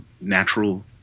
natural